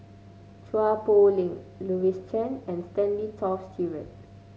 Chua Poh Leng Louis Chen and Stanley Toft Stewart